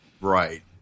Right